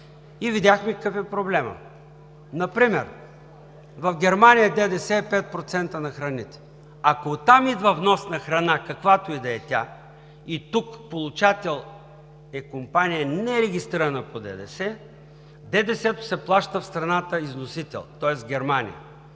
и видяхме какъв е проблемът. Например в Германия ДДС е 5% на храните. Ако оттам идва вносна храна – каквато и да е тя, и тук получател е компания, нерегистрирана по ДДС, ДДС-то се плаща в страната износител, тоест Германия.